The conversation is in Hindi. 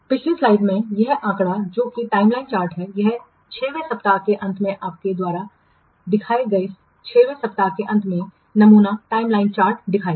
पिछली स्लाइड में यह आंकड़ा जो कि टाइमलाइन चार्ट है यह 6 वें सप्ताह के अंत में आपके द्वारा देखे गए 6 वें सप्ताह के अंत में नमूना टाइमलाइन चार्ट दिखाएगा